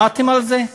שמעתם על זה?